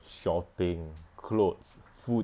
shopping clothes food